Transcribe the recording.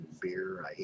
beer